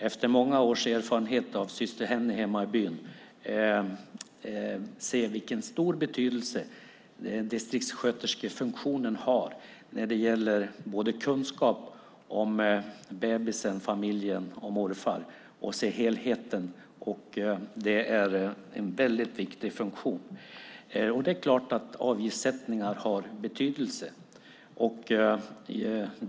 Efter många års erfarenhet av syster Hennies arbete hemma i byn kan jag se vilken stor betydelse primärvården och distriktssköterskefunktionen har när det gäller kunskap om bebisen, familjen och morfar - att se helheten. Det är en viktig funktion. Det är klart att avgiftssättningar har betydelse.